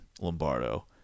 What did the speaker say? Lombardo